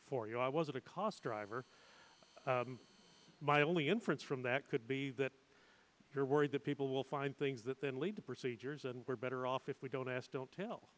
for you i was a cost driver my only inference from that could be that you're worried that people will find things that then lead to procedures and we're better off if we don't ask don't tell